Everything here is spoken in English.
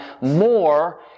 more